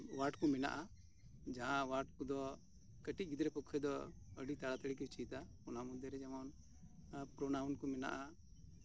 word ᱠᱚ ᱢᱮᱱᱟᱜᱼᱟ ᱡᱟᱦᱟᱸ ᱳᱣᱟᱨᱰ ᱫᱚ ᱠᱟᱹᱴᱤᱡ ᱜᱤᱫᱽᱨᱟᱹ ᱯᱚᱠᱠᱷᱮ ᱫᱚ ᱛᱟᱲᱟ ᱛᱟᱲᱤ ᱠᱚ ᱪᱮᱫᱟ ᱚᱱᱟ ᱢᱚᱫᱽᱫᱷᱮ ᱨᱮ ᱡᱮᱢᱚᱱ ᱯᱨᱚᱱᱟᱣᱩᱱ ᱠᱚ ᱢᱮᱱᱟᱜᱼᱟ